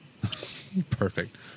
Perfect